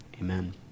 amen